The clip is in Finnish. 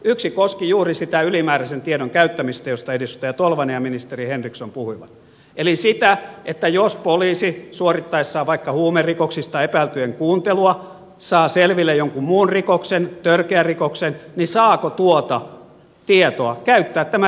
yksi koski juuri sitä ylimääräisen tiedon käyttämistä josta edustaja tolvanen ja ministeri henriksson puhuivat eli sitä että jos poliisi suorittaessaan vaikka huumerikoksista epäiltyjen kuuntelua saa selville jonkun muun rikoksen törkeän rikoksen niin saako tuota tietoa käyttää tämän rikoksen selvittämiseen